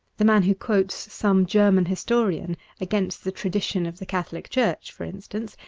the man who quotes some german historian against the tradition, of the catholic church, for instance,